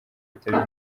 yitabye